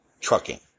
Trucking